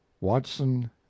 Watson